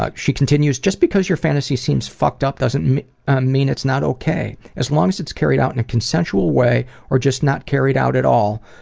she continues, just because your fantasy seems fucked up, doesn't mean it's not okay. as long as it's carried out in a consensual way or just not carried out at all,